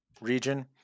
region